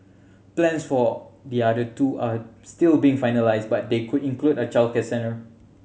plans for the other two are still being finalised but they could include a childcare centre